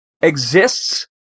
exists